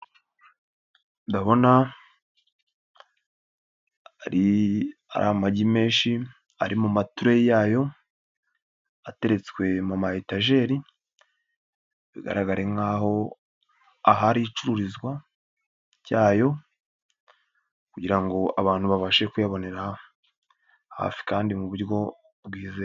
Ndabona amagi menshi ari mu matureyi yayo ateretswe mu mayetajeri bigaraga nk'aho aha ari icururizwa ryayo kugira ngo abantu babashe kuyabonera hafi kandi mu buryo bwizewe.